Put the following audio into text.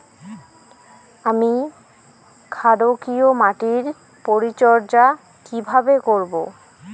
আমি ক্ষারকীয় মাটির পরিচর্যা কিভাবে করব?